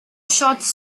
shots